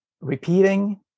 repeating